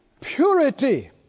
purity